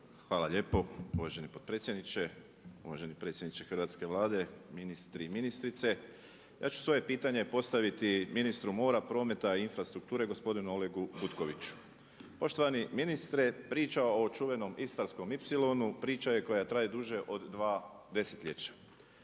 Hvala lijepo uvaženi potpredsjedniče, uvaženi predsjedniče hrvatske Vlade, ministri i ministrice. Ja ću svoje pitanje postaviti ministru mora, prometa i infrastrukture gospodinu Olegu Butkoviću. Poštovani ministre, priča o čuvenom Istarskom ipsilonu priča je koja traje duže od 2 desetljeća.